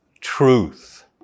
truth